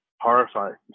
horrifying